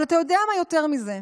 אבל אתה יודע מה, יותר מזה,